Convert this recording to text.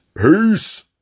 Peace